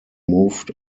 moved